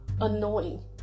annoying